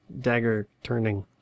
Dagger-turning